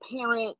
parent